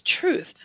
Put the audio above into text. truth